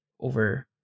over